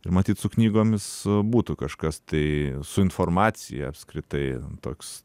ir matyt su knygomis būtų kažkas tai su informacija apskritai toks